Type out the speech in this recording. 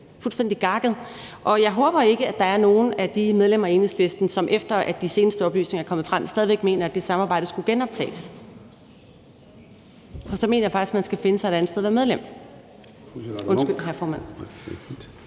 fuldstændig gakket. Jeg håber ikke, at der er nogen af de medlemmer af Enhedslisten, som stadig væk – efter de seneste oplysninger er kommet frem – mener, at det samarbejde skulle genoptages. For så mener jeg faktisk, at man skal finde sig et andet sted at være medlem. Kl. 13:38 Formanden